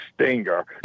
stinger